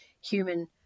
human